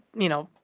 you know,